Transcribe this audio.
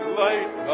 light